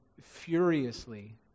furiously